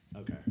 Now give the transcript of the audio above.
Okay